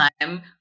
time